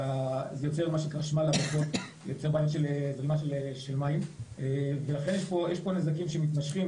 וזה יוצר בעיות של זרימה של מים ולכן יש פה נזקים שמתמשכים,